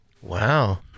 Wow